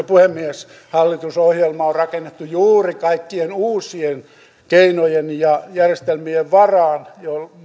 puhemies hallitusohjelma on rakennettu juuri kaikkien uusien keinojen ja järjestelmien varaan